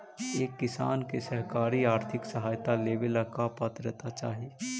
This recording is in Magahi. एक किसान के सरकारी आर्थिक सहायता लेवेला का पात्रता चाही?